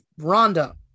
Rhonda